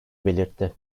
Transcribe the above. belirtti